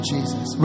Jesus